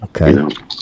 Okay